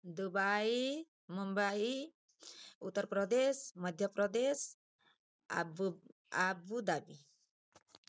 Dubai Mumbai Uttar Pradesh Madhya Pradesh Abu Dhabi